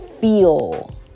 feel